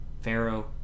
Pharaoh